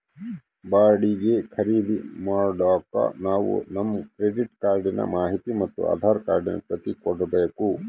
ಬಾಡಿಗೆ ಖರೀದಿ ಮಾಡಾಕ ನಾವು ನಮ್ ಕ್ರೆಡಿಟ್ ಕಾರ್ಡಿನ ಮಾಹಿತಿ ಮತ್ತೆ ಆಧಾರ್ ಕಾರ್ಡಿನ ಪ್ರತಿ ಕೊಡ್ಬಕು